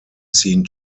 seen